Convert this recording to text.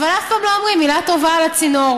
אבל אף פעם לא אומרים מילה טובה על הצינור.